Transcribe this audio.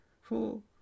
Four